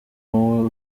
wowe